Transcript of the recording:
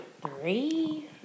Three